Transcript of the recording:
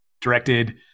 directed